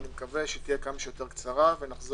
אני מקווה שתהיה כמה שיותר קצרה ונחזיר